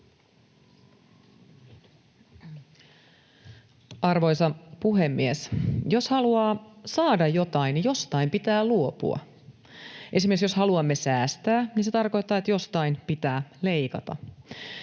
Arvoisa puhemies! Jos haluaa saada jotain, niin jostain pitää luopua. Esimerkiksi jos haluamme säästää, niin se tarkoittaa, että jostain pitää leikata.